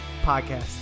Podcast